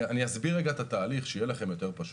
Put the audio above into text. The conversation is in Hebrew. אני אסביר את התהליך, שיהיה לכם יותר פשוט.